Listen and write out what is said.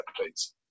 please